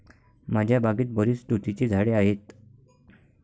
माझ्या बागेत बरीच तुतीची झाडे आहेत